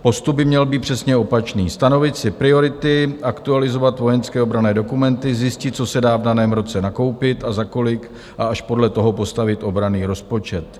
Postup by měl být přesně opačný: stanovit si priority, aktualizovat vojenské obranné dokumenty, zjistit, co se dá v daném roce nakoupit a za kolik, a až podle toho postavit obranný rozpočet.